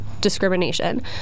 discrimination